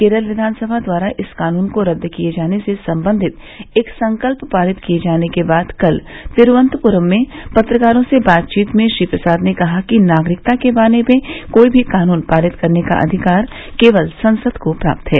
केरल विधानसभा द्वारा इस कानून को रद्द किए जाने से सम्बंधित एक संकल्प पारित किए जाने के बाद कल तिरूवनन्तपुरम में पत्रकारों से बातचीत में श्री प्रसाद ने कहा कि नागरिकता के बारे में कोई भी कानून पारित करने का अधिकार केवल संसद को प्राप्त है